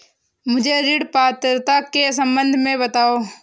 मुझे ऋण पात्रता के सम्बन्ध में बताओ?